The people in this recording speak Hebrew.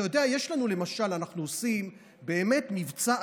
אתה יודע, יש לנו למשל, אנחנו עושים מבצע עצום.